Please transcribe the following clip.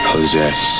possess